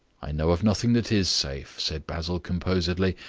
i know of nothing that is safe, said basil composedly,